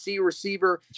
receiver